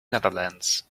netherlands